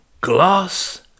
glass